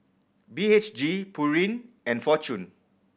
B H G Pureen and Fortune